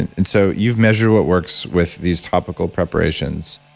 and and so you've measured what works with these topical preparations.